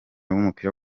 w’umupira